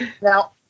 Now